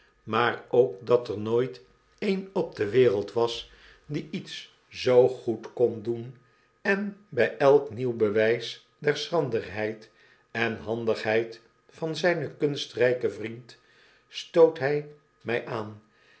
maar ook dat er nooit een op de wereld was die iets zoo goed kon doen en by elk nieuw bewijs der schranderheid en handigheid van zynen kunstryken vriend stoot hjj mij aan